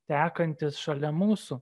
tekantis šalia mūsų